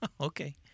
Okay